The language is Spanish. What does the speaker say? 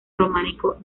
románico